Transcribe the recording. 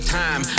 time